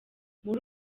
muri